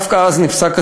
דווקא אז הסיוע נפסק.